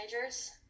majors